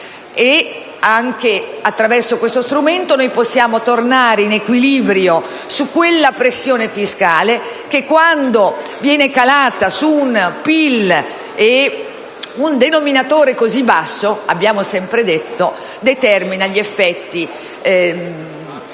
Anche attraverso questo strumento possiamo tornare in equilibrio su quella pressione fiscale che quando viene calata su un PIL e un denominatore così basso, come abbiamo sempre detto, determina effetti drammatici